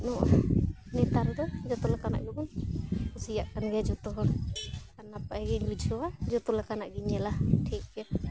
ᱱᱚᱣᱟ ᱱᱮᱛᱟᱨ ᱫᱚ ᱡᱷᱚᱛᱚ ᱞᱮᱠᱟᱱᱟᱜ ᱜᱮᱵᱚᱱ ᱠᱩᱥᱤᱭᱟᱜ ᱠᱟᱱ ᱜᱮᱭᱟ ᱡᱷᱚᱛᱚ ᱦᱚᱲ ᱟᱨ ᱱᱟᱯᱟᱭ ᱜᱤᱧ ᱵᱩᱡᱷᱟᱹᱣᱟ ᱡᱷᱚᱛᱚ ᱞᱮᱠᱟᱱᱟᱜ ᱜᱤᱧ ᱧᱮᱞᱟ ᱴᱷᱤᱠ ᱜᱮᱭᱟ